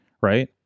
right